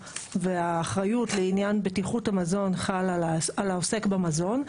והאחריות לעניין בטיחות המזון חלה על העוסק בזמן.